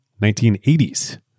1980s